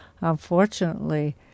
unfortunately